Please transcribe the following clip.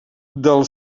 del